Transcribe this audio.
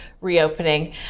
reopening